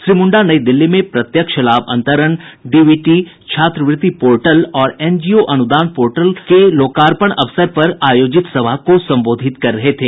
श्री मुंडा नई दिल्ली में प्रत्यक्ष लाभ अंतरण डीबीटी छात्रवृत्ति पोर्टल और एनजीओ अनुदान पोर्टल लॉन्च करने के अवसर पर आयोजित सभा को संबोधित कर रहे थे